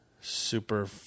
super